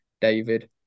David